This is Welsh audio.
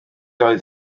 oedd